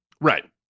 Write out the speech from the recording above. Right